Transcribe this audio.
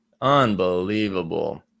Unbelievable